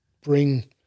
bring